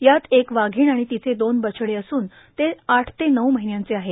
यात एक वाघीण आणि तिचे दोन बछडे असून ते आठ ते नऊ महिन्याचे आहे